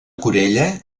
corella